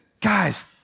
guys